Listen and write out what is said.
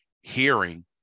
hearing